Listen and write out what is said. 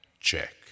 check